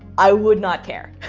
i would not care,